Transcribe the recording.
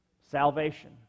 salvation